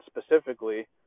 specifically